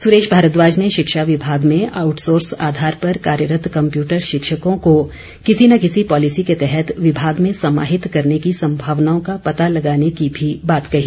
सुरेश भारद्वाज ने शिक्षा विभाग में आउटसोर्स आधार पर कार्यरत कंप्यूटर शिक्षकों को किसी न किसी पॉलिसी केे तहत विभाग में समाहित करने की संभावनाओं का पता लगाने की भी बात कही